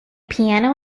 piano